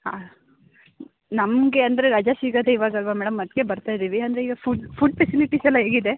ಹಾಂ ನಮಗೆ ಅಂದರೆ ರಜೆ ಸಿಗೋದೆ ಇವಾಗಲ್ವಾ ಮೇಡಮ್ ಅದಕ್ಕೆ ಬರ್ತಾ ಇದ್ದೀವಿ ಅಂದರೆ ಈಗ ಫುಡ್ ಫುಡ್ ಪೆಸಿಲಿಟಿಸ್ ಎಲ್ಲ ಹೇಗಿದೆ